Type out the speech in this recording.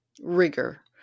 rigor